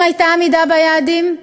אם הייתה עמידה ביעדים,